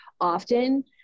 often